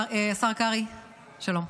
שלום,